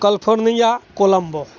California Colombo